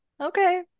Okay